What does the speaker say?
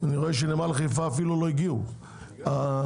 אני רואה שנמל חיפה אפילו לא הגיעו -- הגיעו.